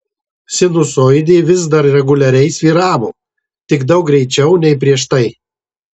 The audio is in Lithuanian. sinusoidė vis dar reguliariai svyravo tik daug greičiau nei prieš tai